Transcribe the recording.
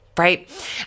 Right